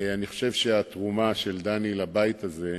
אני חושב שהתרומה של דני לבית הזה,